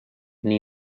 nii